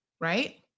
Right